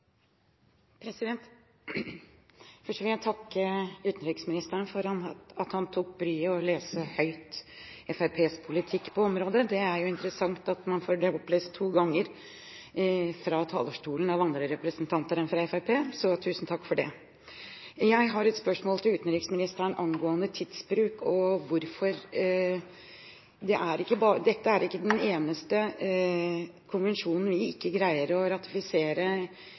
replikkordskifte. Først vil jeg takke utenriksministeren for at han tok seg bryet med å lese opp Fremskrittspartiets politikk på området. Det er interessant at man får dette opplest to ganger fra talerstolen av andre representanter enn Fremskrittspartiets, så tusen takk for det! Jeg har et spørsmål til utenriksministeren angående tidsbruk. Dette er ikke den eneste konvensjonen vi ikke greier å ratifisere